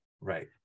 Right